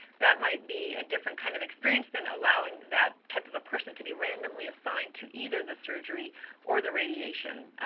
that might be a different kind of experience than allowing that type of a person to be randomly assigned to either the surgery or the radiation